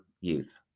youth